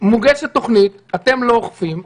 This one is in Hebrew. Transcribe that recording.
מוגשת תוכנית, אתם לא אוכפים.